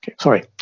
sorry